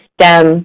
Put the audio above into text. STEM